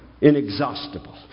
inexhaustible